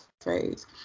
phrase